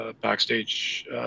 backstage